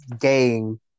game